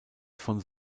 von